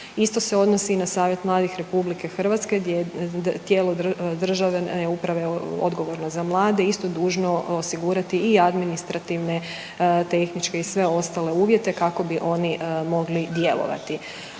Isto se odnos i na Savjet mladih RH gdje tijelo države .../Govornik se ne razumije./... uprave odgovorno za mlade, isto dužno osigurati i administrativne, tehničke i sve ostale uvjete kako bi oni mogli djelovati.